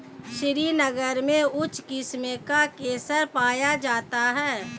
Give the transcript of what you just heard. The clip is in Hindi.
श्रीनगर में उच्च किस्म का केसर पाया जाता है